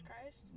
Christ